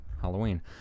Halloween